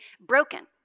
broken